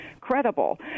credible